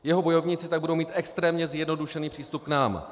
Jeho bojovníci tak budou mít extrémně zjednodušený přístup k nám.